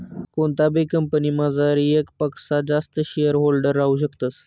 कोणताबी कंपनीमझार येकपक्सा जास्त शेअरहोल्डर राहू शकतस